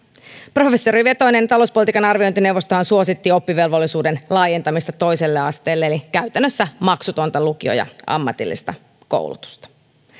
professorivetoinen talouspolitiikan arviointineuvostohan suositti oppivelvollisuuden laajentamista toiselle asteelle eli käytännössä maksutonta lukio ja ammatillista koulutusta